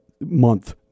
month